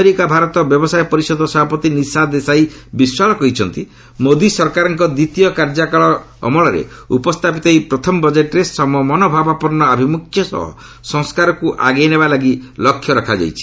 America Bharat ବ୍ୟବସାୟ ପରିଷଦ ସଭାପତି ନିଶା ଦେଶାଇ ବିଶ୍ୱାଳ କହିଛନ୍ତି ମୋଦି ସରକାରଙ୍କ ଦ୍ୱିତୀୟ କାର୍ଯ୍ୟକାଳ ଅମଳରେ ଉପସ୍ଥାପିତ ଏହି ପ୍ରଥମ ବଜେଟ୍ରେ ସମମନୋଭାବାପନ୍ନ ଆଭିମୁଖ୍ୟ ସହ ସଂସ୍କାରକୁ ଆଗେଇ ନେବା ଲାଗି ଲକ୍ଷ୍ୟ ରଖାଯାଇଛି